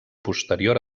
posterior